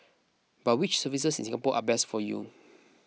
but which services in Singapore are best for you